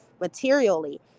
materially